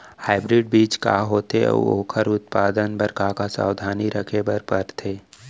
Hybrid बीज का होथे अऊ ओखर उत्पादन बर का का सावधानी रखे बर परथे?